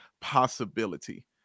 possibility